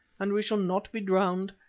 and we shall not be drowned,